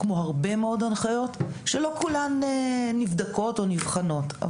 כמו הרבה מאוד הנחיות שלא כולן נבדקות או נבחנות.